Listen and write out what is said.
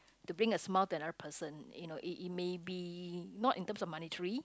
to bring a smile to another person you know it it may be not in terms of money tree